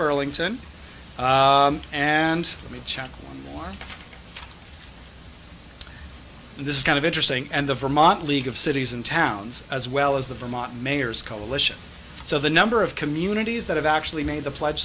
burlington and let me check on this kind of interesting and the vermont league of cities and towns as well as the vermont mayors coalition so the number of communities that have actually made the pledge